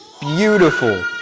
beautiful